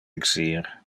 exir